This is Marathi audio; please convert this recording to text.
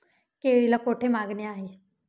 केळीला कोठे मागणी आहे?